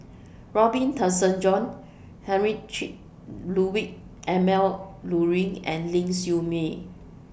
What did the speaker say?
Robin Tessensohn Heinrich Ludwig Emil Luering and Ling Siew May